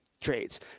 trades